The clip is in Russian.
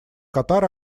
катар